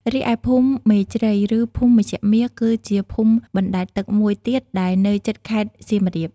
រីឯភូមិមេជ្រៃ ឬភូមិមេជ្ឈមាស គឺជាភូមិបណ្តែតទឹកមួយទៀតដែលនៅជិតខេត្តសៀមរាប។